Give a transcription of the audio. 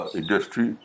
industry